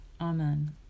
Amen